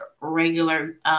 regular